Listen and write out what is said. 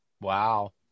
wow